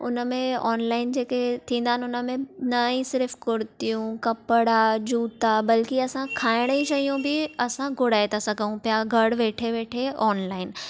उन मे ऑनलाइन जेके थींदा आहिनि उन में न ई सिर्फ़ कुर्तीयूं कपड़ा जुता बल्की असां खाइण जी शयूं बि असां घुराए था सघूं पिया घर वेठे वेठे ऑनलाइन